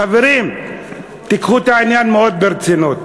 חברים, קחו את העניין מאוד ברצינות.